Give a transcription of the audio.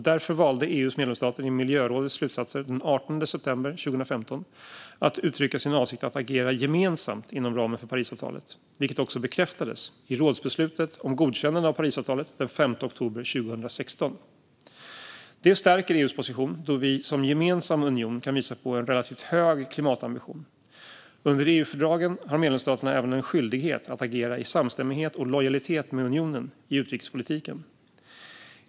Därför valde EU:s medlemsstater i miljörådets slutsatser den 18 september 2015 att uttrycka sin avsikt att agera gemensamt inom ramen för Parisavtalet, vilket också bekräftades i rådsbeslutet om godkännande av Parisavtalet den 5 oktober 2016. Det stärker EU:s position då vi som gemensam union kan visa på en relativt hög klimatambition. Under EU-fördragen har medlemsstaterna även en skyldighet att agera i samstämmighet och lojalitet med unionen i utrikespolitiken.